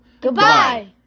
Goodbye